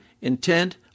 intent